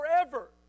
forever